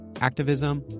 activism